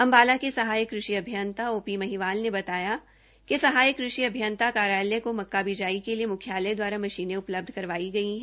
अम्बाला के सहायक कृषि अभियंता ओ पी महिवाल ने बताया कि सहायक कृषि अभियंता कार्यालय की मक्का बिजाई के लिए म्ख्यालय द्वारा मशीनें उपलब्ध करवाई गई है